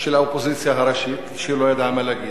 של האופוזיציה הראשית שלא ידעה מה להגיד.